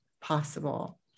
possible